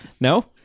No